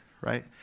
right